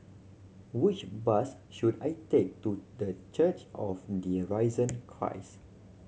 which bus should I take to The Church of the Risen Christ